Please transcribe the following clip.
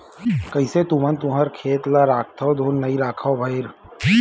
कइसे तुमन तुँहर खेत ल राखथँव धुन नइ रखव भइर?